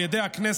על ידי הכנסת,